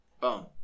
Boom